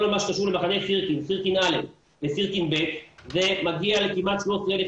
כל מה שקשור למחנה סירקין א' וסירקין ב' זה מגיע לכמעט 13,000